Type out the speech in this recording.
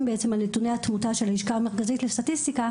על נתוני התמותה של הלשכה המרכזית לסטטיסטיקה,